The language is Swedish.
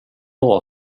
bra